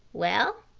well,